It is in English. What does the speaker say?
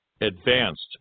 advanced